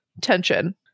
tension